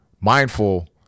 mindful